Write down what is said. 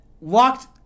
walked